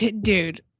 dude